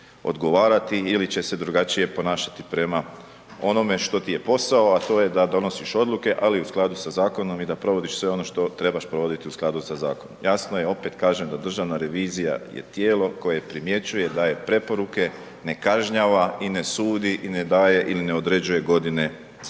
drugačije odgovarati ili će se drugačije ponašati prema onome što ti je posao a to je da donosiš odluke ali u skladu sa zakonom i da provodiš sve ono što trebaš provoditi u skladu zakonom. Jasno je opet kažem, da Državna revizija je tijelo koje primjećuje, daje preporuke, ne kažnjava, i ne sudi i ne daje ili ne određuje godine zatvora,